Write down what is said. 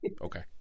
okay